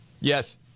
Yes